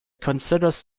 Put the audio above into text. considers